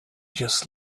just